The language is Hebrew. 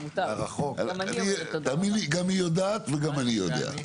תאמין לי גם היא יודעת וגם אני יודע,